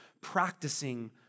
practicing